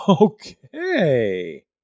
Okay